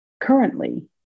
currently